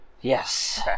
Yes